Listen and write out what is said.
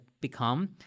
become